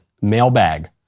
mailbag